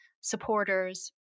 supporters